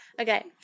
Okay